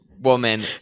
woman